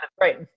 right